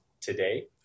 today